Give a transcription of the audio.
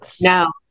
No